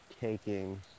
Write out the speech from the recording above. taking